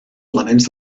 elements